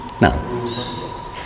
No